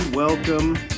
welcome